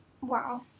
Wow